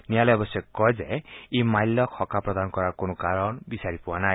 ন্যায়ালয়ে অৱেশ্যে কয় যে ই মাল্যক সকাহ প্ৰদান কৰাৰ কোনো কাৰণ বিচাৰি পোৱা নাই